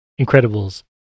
Incredibles